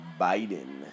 Biden